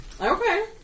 Okay